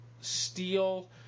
steel